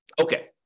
Okay